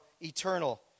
eternal